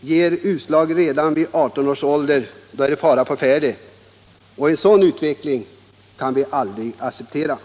ger utslag redan vid 18 års ålder är det fara å färde. — En sådan utveckling kan vi aldrig acceptera.